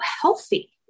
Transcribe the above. healthy